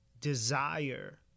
desire